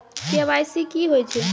KYC की होय छै?